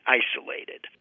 isolated